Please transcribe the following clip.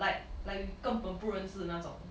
like like we 根本不认识的那种